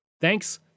Thanks